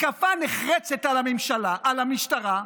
התקפה נחרצת על המשטרה,